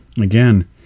again